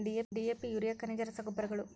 DAP urea ಖನಿಜ ರಸಗೊಬ್ಬರಗಳು